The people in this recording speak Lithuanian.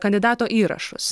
kandidato įrašus